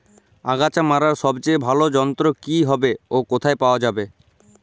আগাছা মারার সবচেয়ে ভালো যন্ত্র কি হবে ও কোথায় পাওয়া যাবে?